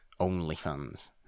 OnlyFans